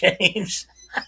James